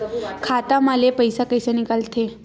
खाता मा ले पईसा कइसे निकल थे?